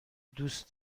دوست